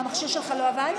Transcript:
המכשיר שלך לא עבד?